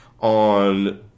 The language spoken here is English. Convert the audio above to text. on